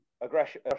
aggression